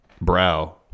brow